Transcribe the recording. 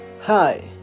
Hi